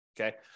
Okay